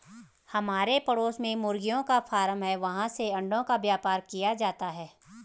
हमारे पड़ोस में मुर्गियों का फार्म है, वहाँ से अंडों का व्यापार किया जाता है